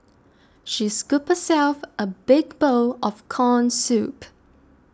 she scooped herself a big bowl of Corn Soup